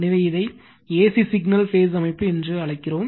எனவே இதை AC signal phase அமைப்பு என்று அழைக்கிறோம்